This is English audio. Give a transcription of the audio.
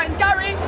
and gary,